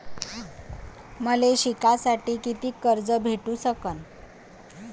मले शिकासाठी कितीक कर्ज भेटू सकन?